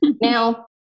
Now